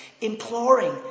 imploring